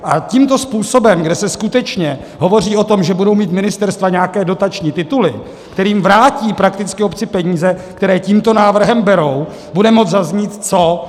A tímto způsobem, kde se skutečně hovoří o tom, že budou mít ministerstva nějaké dotační tituly, kterými vrátí prakticky obci peníze, které tímto návrhem berou, bude moci zaznít co?